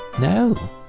No